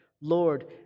Lord